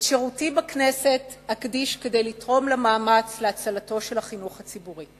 את שירותי בכנסת אקדיש כדי לתרום למאמץ להצלתו של החינוך הציבורי.